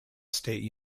state